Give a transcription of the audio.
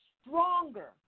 stronger